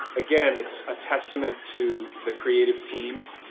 again, it's a testament to the creative team,